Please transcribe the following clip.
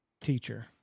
teacher